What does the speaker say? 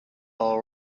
all